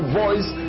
voice